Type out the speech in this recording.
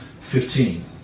fifteen